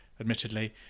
admittedly